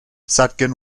sugden